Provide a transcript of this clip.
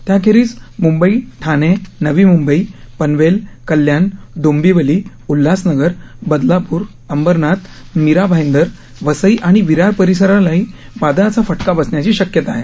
त्या खेरीज मुंबईठाणे नवी मुंबई पनवेल कल्याण डोंबिवली उल्हासनगर बदलापूर अंबरनाथ मीरा भाईदर वसई आणि विरार परिसरालाही वादळाचा फटका बसण्याची शक्यता आहे